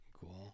cool